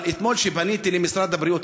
אבל אתמול פניתי למשרד הבריאות,